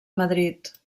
madrid